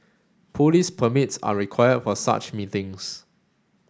police permits are required for such meetings